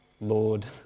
Lord